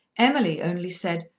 emily only said,